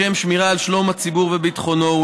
לשם שמירה על שלום הציבור וביטחונו,